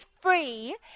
free